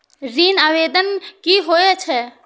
ऋण आवेदन की होय छै?